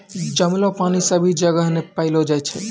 जमलो पानी सभी जगह नै पैलो जाय छै